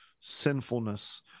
sinfulness